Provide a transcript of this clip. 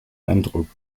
eindruck